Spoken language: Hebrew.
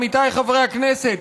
עמיתיי חברי הכנסת,